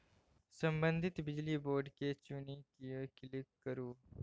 संबंधित बिजली बोर्ड केँ चुनि कए क्लिक करु